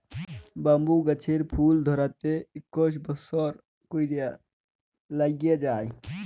bamboo গাহাচের ফুল ধ্যইরতে ইকশ বসর ক্যইরে ল্যাইগে যায়